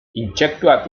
intsektuak